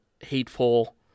hateful